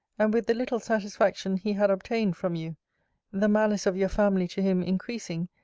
and with the little satisfaction he had obtained from you the malice of your family to him increasing,